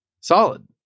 solid